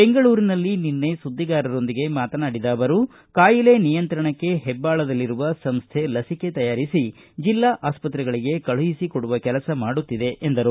ಬೆಂಗಳೂರಿನಲ್ಲಿ ನಿನ್ನೆ ಸುದ್ದಿಗಾರರೊಂದಿಗೆ ಮಾತನಾಡಿದ ಅವರು ಕಾಯಿಲೆ ನಿಯಂತ್ರಣಕ್ಕೆ ಹೆಬ್ಬಾಳದಲ್ಲಿರುವ ಸಂಸ್ಥೆ ಲಸಿಕೆ ತಯಾರಿಸಿ ಜಿಲ್ಲಾ ಆಸ್ಪತ್ರೆಗಳಿಗೆ ಕಳುಹಿಸಿ ಕೊಡುವ ಕೆಲಸ ಮಾಡುತ್ತಿದೆ ಎಂದರು